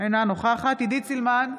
אינה נוכחת עידית סילמן,